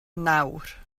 nawr